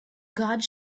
gods